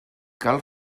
cal